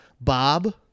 Bob